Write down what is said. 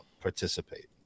participate